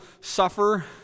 suffer